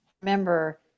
remember